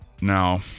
now